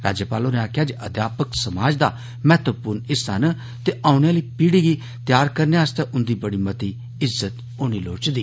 राज्यपाल होरें आक्खेआ जे अध्यापक समाज दा महत्वपूर्ण हिस्सा न ते औने आली पीढ़ी गी त्यार करने आस्तै उंदी बड़ी मती इज्जत होनी लोड़चदी